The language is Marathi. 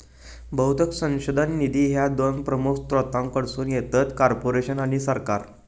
बहुतेक संशोधन निधी ह्या दोन प्रमुख स्त्रोतांकडसून येतत, कॉर्पोरेशन आणि सरकार